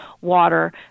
water